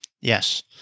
yes